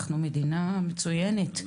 אנחנו מדינה מצוינת,